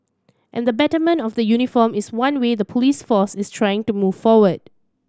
and the betterment of the uniform is one way the police force is trying to move forward